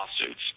lawsuits